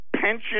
pension